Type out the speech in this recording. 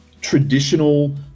traditional